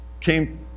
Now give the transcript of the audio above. came